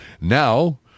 now